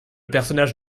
personnage